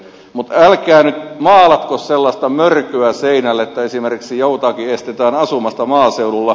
mutta älkää nyt maalatko sellaista mörköä seinälle että esimerkiksi jotakuta estetään asumasta maaseudulla